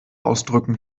ausdrücken